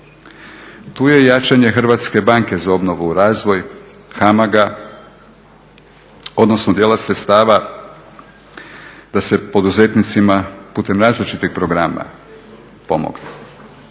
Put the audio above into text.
Tu je jačanje Hrvatske banke za obnovu i razvoj, HAMAG-a, odnosno dijela sredstava da se poduzetnicima putem različitih programa pomogne.